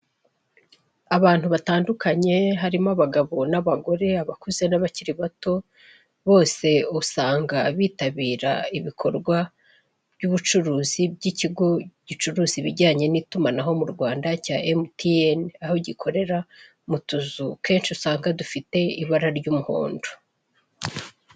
Abantu batandukanye, harimo abagabo, n'abagore, abakuze, n'abakiri bato, bose usanga bitabira ibikorwa by'ubucuruzi by'ikigo gicuruza ibijyanye n'itumanaho mu Rwanda cya Emutiyeni, aho gikorera mu tuzu kenshi usanga dufite ibara ry'umuhondo.